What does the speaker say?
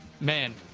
Man